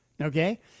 Okay